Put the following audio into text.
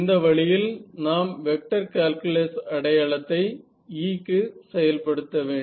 இந்த வழியில் நாம் வெக்டர் கால்குலஸ் அடையாளத்தை E க்கு செயல்படுத்த வேண்டும்